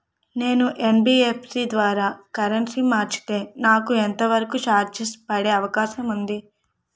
నేను యన్.బి.ఎఫ్.సి ద్వారా కరెన్సీ మార్చితే నాకు ఎంత వరకు చార్జెస్ పడే అవకాశం ఉంది?